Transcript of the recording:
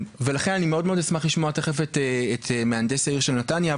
ולכן, אני אשמח לשמוע את מהנדס העיר של נתניה.